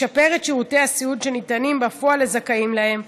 לשפר את שירותי הסיעוד שניתנים בפועל לזכאים להם,